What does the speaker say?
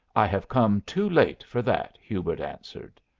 i have come too late for that! hubert answered.